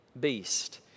beast